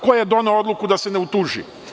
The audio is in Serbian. Ko je doneo odluku da se ne utuži?